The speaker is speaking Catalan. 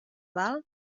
val